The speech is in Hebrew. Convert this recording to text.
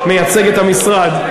מייצג את המשרד.